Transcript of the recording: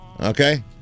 okay